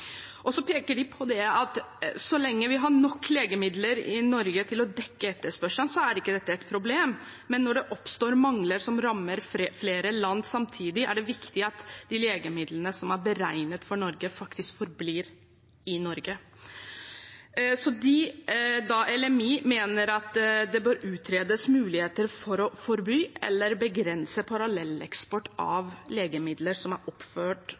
peker også på at så lenge vi har nok legemidler i Norge til å dekke etterspørselen, er ikke dette et problem, men når det oppstår mangler som rammer flere land samtidig, er det viktig at de legemidlene som er beregnet for Norge, faktisk forblir i Norge. LMI mener at det bør utredes muligheter for å forby eller begrense parallelleksport av legemidler som er oppført